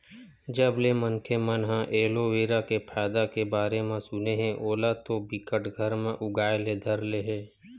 जब ले मनखे मन ह एलोवेरा के फायदा के बारे म सुने हे ओला तो बिकट घर म उगाय ले धर ले हे